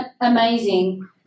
amazing